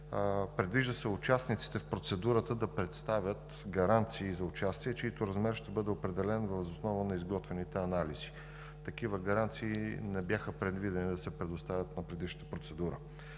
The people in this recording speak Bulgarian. предвижда участниците в процедурата да представят гаранции за участие, чийто размер ще бъде определен въз основа на изготвените анализи. Такива гаранции не бяха предвидени да се предоставят на предишната процедура.